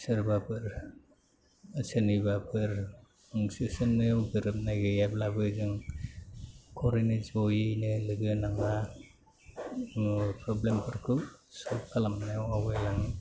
सोरबाफोर सोरनिबाफोर सोस'ननायाव गोरोबनाय गैयाब्लाबो जों न'खरैनो जयैनो लोगो नांना प्रब्लेमफोरखौ सल्भ खालामनायाव आवगायलाङो